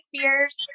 fears